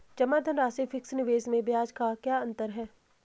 जमा धनराशि और फिक्स निवेश में ब्याज का क्या अंतर है?